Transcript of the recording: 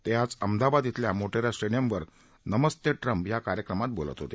ते आज अहमदाबाद इथल्या मोटेरा स्टेडियमवर नमस्ते ट्रम्प कार्यक्रमात बोलत होते